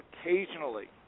occasionally